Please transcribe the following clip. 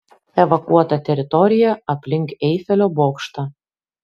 evakuota teritorija aplink eifelio bokštą